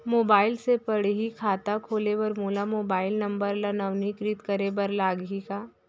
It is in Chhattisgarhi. मोबाइल से पड़ही खाता खोले बर मोला मोबाइल नंबर ल नवीनीकृत करे बर लागही का?